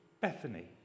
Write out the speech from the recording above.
Bethany